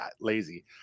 lazy